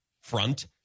front